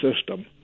system